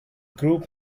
group